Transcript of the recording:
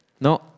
No